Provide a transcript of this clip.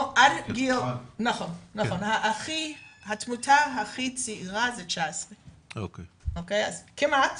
נכון התמותה הכי צעירה זה בגיל 19. כמעט,